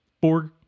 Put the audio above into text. Borg